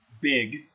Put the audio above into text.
big